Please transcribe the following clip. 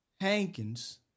Hankins